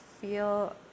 feel